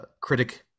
critic